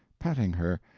petting her,